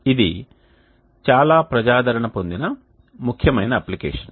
ఇది చాలా ప్రజాదరణ పొందిన ముఖ్యమైన అప్లికేషన్